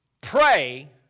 pray